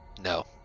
No